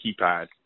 keypad